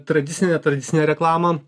tradicinę tradicinę reklamą